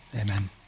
Amen